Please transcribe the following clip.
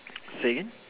say again